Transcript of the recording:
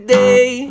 day